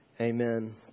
Amen